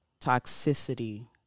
toxicity